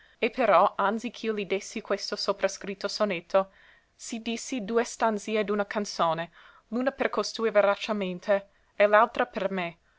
e però anzi ch'io li dessi questo soprascritto sonetto sì dissi due stanzie d'una canzone l'una per costui veracemente e l'altra per me